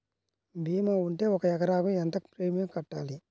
భీమా ఉంటే ఒక ఎకరాకు ఎంత ప్రీమియం కట్టాలి?